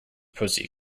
pussy